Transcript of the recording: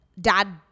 dad